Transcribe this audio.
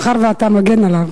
מאחר שאתה מגן עליו.